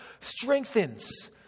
strengthens